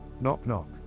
knock-knock